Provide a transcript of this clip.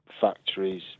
factories